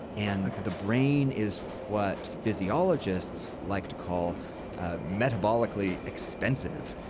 and the the brain is what physiologists like to call metabolically expensive.